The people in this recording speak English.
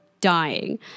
dying